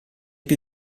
più